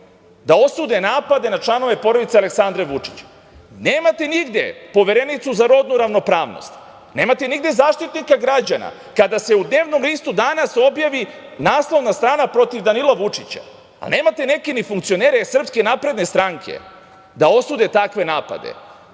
da osude napade na članove porodice Aleksandra Vučića. Nemate nigde Poverenicu za rodnu ravnopravnost, nemate nigde Zaštitnika građana kada se u dnevnom listu "Danas" objavi naslovna strana protiv Danila Vučića, a nemate ni neke funkcionere SNS da osude takve napade.